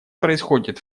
происходит